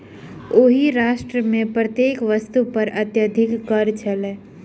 ओहि राष्ट्र मे प्रत्येक वस्तु पर अत्यधिक कर छल